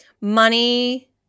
money